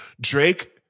Drake